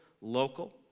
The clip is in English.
local